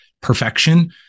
perfection